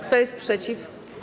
Kto jest przeciw?